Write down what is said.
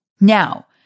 Now